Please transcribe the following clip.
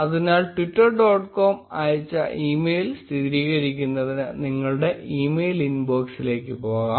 അതിനാൽ Twitter dot com അയച്ച email സ്ഥിരീകരിക്കുന്നതിന് നിങ്ങളുടെ ഇമെയിൽ ഇൻബോക്സിലേക്ക് പോകാം